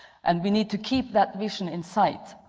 and we need to keep that vision insight.